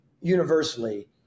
universally